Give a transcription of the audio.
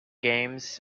games